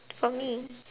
for me